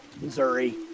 Missouri